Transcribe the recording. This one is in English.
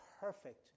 perfect